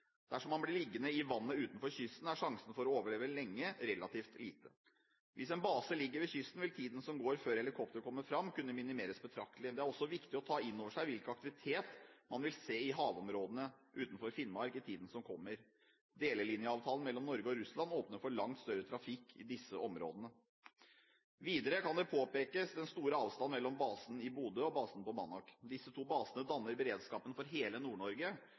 Dersom man blir liggende i vannet utenfor kysten, er sjansen for å overleve lenge relativt liten. Hvis en base ligger ved kysten, vil tiden som går før helikopteret kommer frem, kunne minimeres betraktelig. Det er også viktig å ta inn over seg hvilken aktivitet man vil se i havområdene utenfor Finnmark i tiden som kommer. Delelinjeavtalen mellom Norge og Russland åpner for langt større trafikk i disse områdene. Videre kan man påpeke den store avstanden mellom basen i Bodø og basen på Banak. Disse to basene danner beredskapen for hele